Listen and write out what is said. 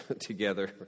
together